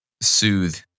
soothe